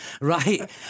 right